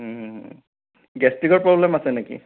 গেষ্টিকৰ problem আছে নেকি